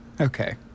Okay